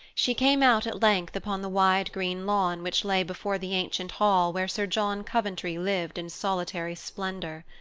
she came out at length upon the wide green lawn which lay before the ancient hall where sir john coventry lived in solitary splendor.